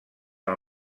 del